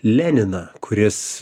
leniną kuris